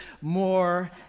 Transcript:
more